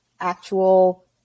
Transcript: actual